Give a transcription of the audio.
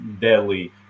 deadly